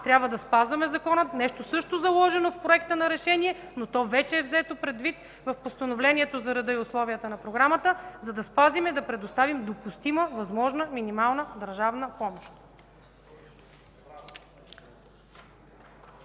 трябва да спазваме закона – нещо също заложено в Проекта на решение, но то вече е взето предвид в Постановлението за реда и условията на програмата, за да спазим и да предоставим допустима възможна, минимална държавна помощ.